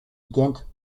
ghent